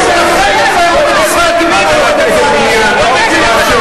הצעות החוק שלכם מציירות את ישראל כמדינה לא דמוקרטית.